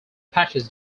patches